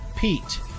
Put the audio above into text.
Pete